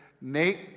Nate